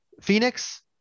Phoenix